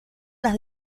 las